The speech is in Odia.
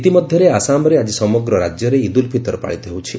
ଇତିମଧ୍ୟରେ ଆସାମରେ ଆଜି ସମଗ୍ର ରାକ୍ୟରେ ଇଦୁଲ୍ ଫିତର ପାଳିତ ହେଉଛି